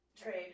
Trade